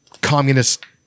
communist